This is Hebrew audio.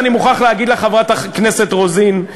אני מוכרח לומר לחברת הכנסת רוזין,